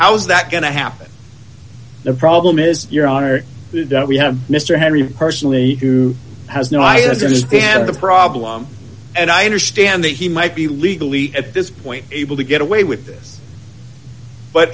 how's that going to happen the problem is your honor we have mr henry personally who has no i understand the problem and i understand that he might be legally at this point able to get away with this but